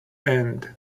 end